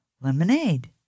Lemonade